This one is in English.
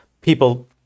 people